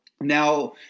Now